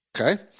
okay